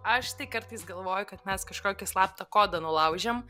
aš tai kartais galvoju kad mes kažkokį slaptą kodą nulaužėm